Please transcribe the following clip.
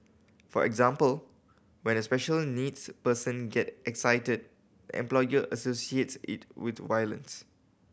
for example when a special needs person get excited employer associates it with violence